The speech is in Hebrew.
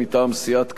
מטעם סיעת קדימה,